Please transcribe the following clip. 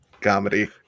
comedy